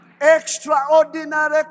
Extraordinary